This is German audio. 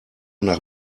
nach